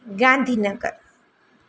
Gandhinagar